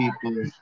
people